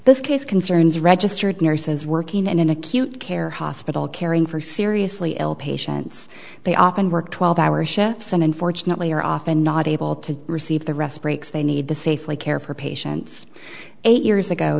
this case concerns registered nurses working in an acute care hospital caring for seriously ill patients they often work twelve hour shifts and unfortunately are often not able to receive the rest breaks they need to safely care for patients eight years ago